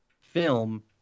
film